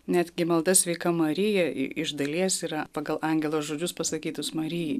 netgi malda sveika marija iš dalies yra pagal angelo žodžius pasakytus marijai